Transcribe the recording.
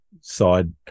side